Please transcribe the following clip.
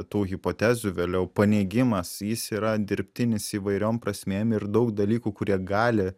tų hipotezių vėliau paneigimas jis yra dirbtinis įvairiom prasmėm ir daug dalykų kurie gali